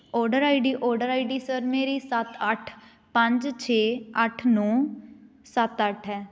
order I D order I D sir ਮੇਰੀ ਸੱਤ ਅੱਠ ਪੰਜ ਛੇ ਅੱਠ ਨੌ ਸੱਤ ਅੱਠ ਹੈ